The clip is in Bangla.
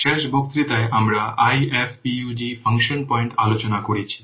শেষ বক্তৃতায় আমরা IFPUG ফাংশন পয়েন্ট আলোচনা করেছি